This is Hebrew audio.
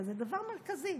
אבל זה דבר מרכזי.